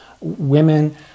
women